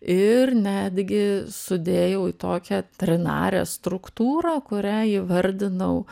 ir netgi sudėjau į tokią trinarę struktūrą kurią įvardinau